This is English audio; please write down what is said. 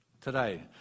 today